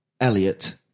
Elliot